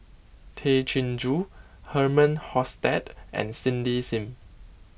Tay Chin Joo Herman Hochstadt and Cindy Sim